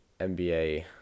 NBA